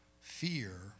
fear